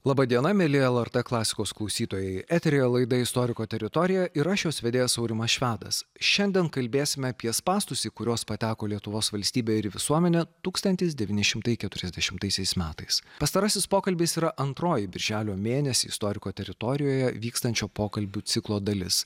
laba diena mieli lrt klasikos klausytojai eteryje laida istoriko teritorija ir aš jos vedėjas aurimas švedas šiandien kalbėsime apie spąstus į kuriuos pateko lietuvos valstybė ir visuomenė tūkstantis devyni šimtai keturiasdešimtaisiais metais pastarasis pokalbis yra antroji birželio mėnesį istoriko teritorijoje vykstančio pokalbių ciklo dalis